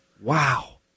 Wow